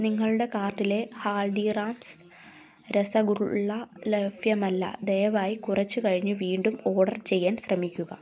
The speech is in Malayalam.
നിങ്ങളുടെ കാർട്ടിലെ ഹാൽദിറാംസ് രസഗുള്ള ലഭ്യല്ല ദയവായി കുറച്ചു കഴിഞ്ഞു വീണ്ടും ഓർഡർ ചെയ്യാൻ ശ്രമിക്കുക